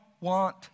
want